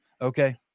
Okay